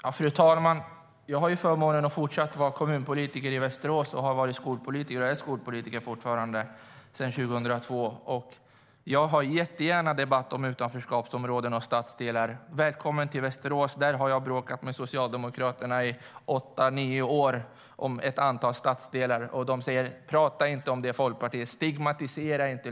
Fru talman! Jag har förmånen att fortsätta att vara kommunpolitiker i Västerås och är skolpolitiker sedan 2002. Jag debatterar gärna utanförskapsområden och stadsdelar. Välkommen till Västerås, där jag har bråkat med Socialdemokraterna i åtta nio år om ett antal stadsdelar. De säger: Prata inte om det, Folkpartiet! Stigmatisera inte!